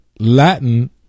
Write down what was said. Latin